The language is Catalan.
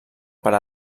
per